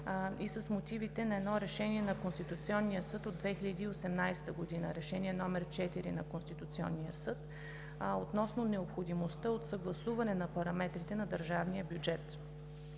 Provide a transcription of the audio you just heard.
и с мотивите на едно решение на Конституционния съд от 2018 г. – Решение № 4, относно необходимостта от съгласуване на параметрите на държавния бюджет.